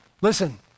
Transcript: Listen